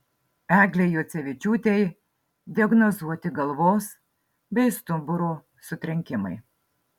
eglei juocevičiūtei diagnozuoti galvos bei stuburo sutrenkimai